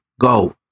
Go